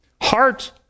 heart